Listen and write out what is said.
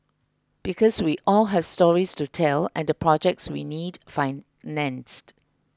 because we all have stories to tell and projects we need financed